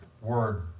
word